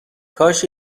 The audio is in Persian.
کاش